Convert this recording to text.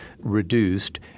reduced